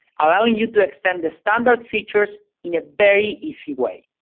allowing you to extend the standard features in a very easy way.